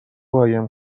قایم